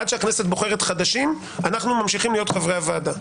עד שהכנסת בוחרת חדשים אנחנו ממשיכים להיות חברי הוועדה.